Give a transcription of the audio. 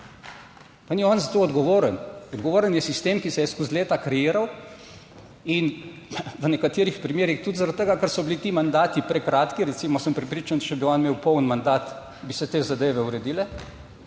Pa ni on za to odgovoren, odgovoren je sistem, ki se je skozi leta kreiral in v nekaterih primerih tudi, zaradi tega, ker so bili ti mandati prekratki, recimo, sem prepričan, če bi on imel poln mandat, bi se te zadeve uredile,